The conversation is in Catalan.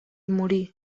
morí